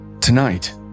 Tonight